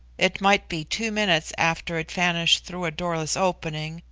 it might be two minutes after it vanished through a doorless opening,